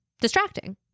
distracting